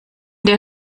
der